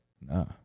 no